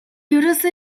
ерөөсөө